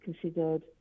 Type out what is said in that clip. considered